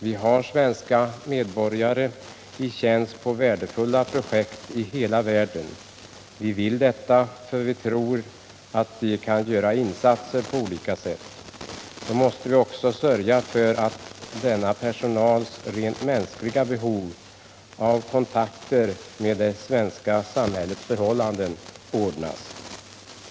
Vi har svenska medborgare i tjänst på värdefulla projekt över hela världen. Vi vill ha det så, eftersom vi tror att vi härigenom kan göra insatser på olika sätt. Men då måste vi också sörja för denna personals rent mänskliga behov av kontakter med det svenska samhällets förhållanden.